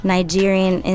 Nigerian